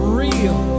real